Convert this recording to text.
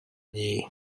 дии